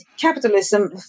capitalism